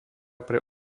pre